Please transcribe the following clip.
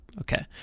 Okay